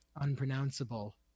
unpronounceable